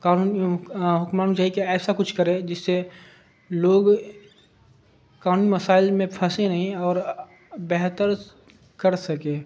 قانون حکمانوں چاہیے کہ ایسا کچھ کرے جس سے لوگ قانون مسائل میں پھنسے نہیں اور بہتر کر سکے